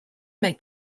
make